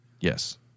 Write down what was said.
yes